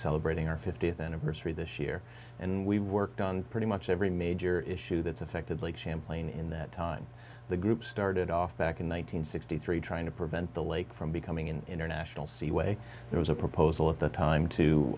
celebrating our fiftieth anniversary this year and we worked on pretty much every major issue that's affected lake champlain in that time the group started off back in one thousand nine hundred sixty three trying to prevent the lake from becoming an international seaway there was a proposal at the time to